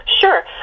Sure